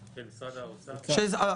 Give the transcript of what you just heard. גם לקרוא את הסעיף הרלוונטי,